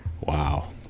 wow